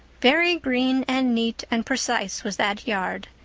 very green and neat and precise was that yard,